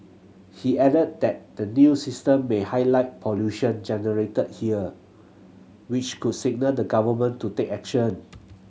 he added that the new system may highlight pollution generated here which could signal the Government to take action